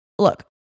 Look